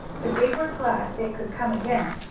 but they were glad they could come again,